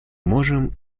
можем